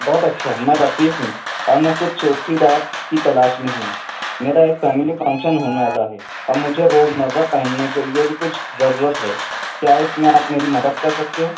بہت اچھا میں رفیق ہوں اور میں کچھ کی تلاش میں ہوں میرا ایک فیملی فنکشن ہونے والا ہے اور مجھے روزمرہ پہننے کے لیے بھی کچھ ضرورت ہے کیا اس میں آپ میری مدد کرسکتے ہیں